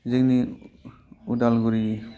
जोंनि उदालगुरि